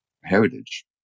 heritage